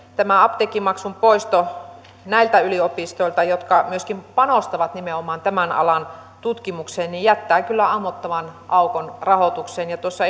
tämä apteekkimaksun poisto näiltä yliopistoilta jotka myöskin panostavat nimenomaan tämän alan tutkimukseen jättää kyllä ammottavan aukon rahoitukseen ja tuossa